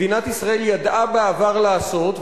מדינת ישראל ידעה בעבר לעשות,